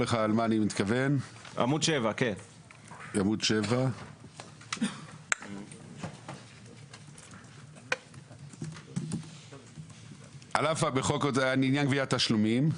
עמוד 7. לעניין גביית תשלומים,